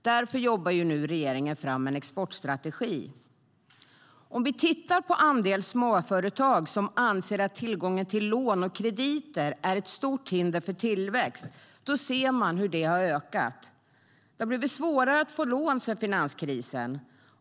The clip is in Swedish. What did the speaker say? Därför jobbar regeringen nu fram en exportstrategi. Om man tittar på andelen småföretag som anser att tillgången till lån och krediter är ett stort hinder för tillväxt ser man hur det har ökat. Det har blivit svårare att få lån sedan finanskrisen.